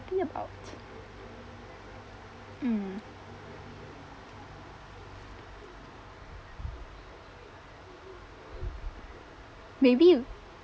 think about mm maybe you